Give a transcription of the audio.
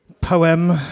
poem